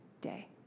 day